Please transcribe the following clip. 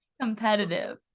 competitive